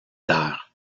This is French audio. terres